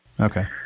Okay